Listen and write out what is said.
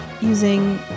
using